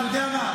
אתה יודע מה,